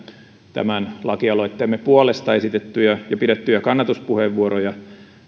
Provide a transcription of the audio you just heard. tämän lakialoitteemme puolesta esitettyjä ja pidettyjä kannatuspuheenvuoroja